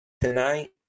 tonight